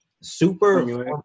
super